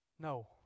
No